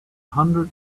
hundred